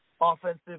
offensive